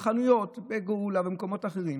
חנויות בגאולה, במקומות אחרים,